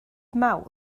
mawr